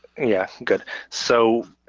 yeah good. so,